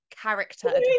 character